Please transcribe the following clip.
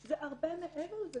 זה הרבה מעבר לזה,